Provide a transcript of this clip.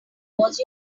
was